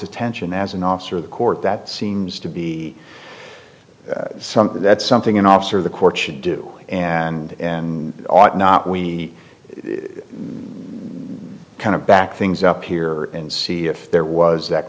attention as an officer of the court that seems to be something that's something an officer of the court should do and and ought not we kind of back things up here and see if there was that